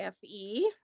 FE